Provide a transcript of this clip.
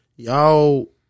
Y'all